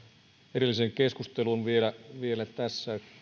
edelliseen keskusteluun vielä vielä tässä